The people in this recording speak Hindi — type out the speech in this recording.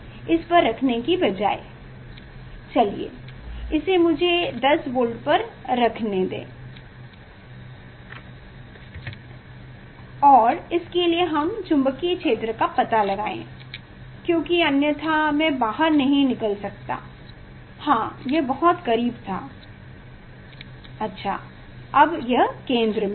इस पर रखने के बजाय चलिए इसे मुझे 10 वोल्ट पर रखने दें और इसके लिए हम चुंबकीय क्षेत्र का पता लगाएं क्योंकि अन्यथा मैं बाहर नहीं निकाल सकता हाँ यह बहुत करीब था हाँ अब यह केंद्र में है